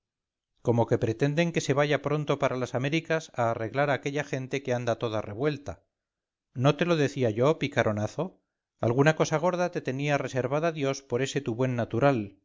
como que pretenden que se vaya pronto para las américas a arreglar a aquella gente que anda toda revuelta no te lo decía yo picaronazo alguna cosa gorda te teníareservada dios por ese tu buen natural